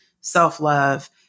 self-love